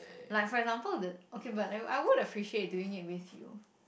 like for example the okay but I I would appreciate doing it with you